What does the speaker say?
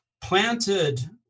planted